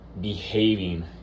behaving